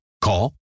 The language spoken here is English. Call